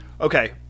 okay